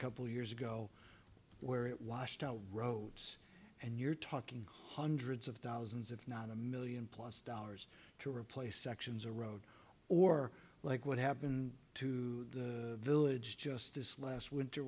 couple years ago where it washed out roads and you're talking hundreds of thousands if not a million plus dollars to replace sections or road or like what happened to the village just this last winter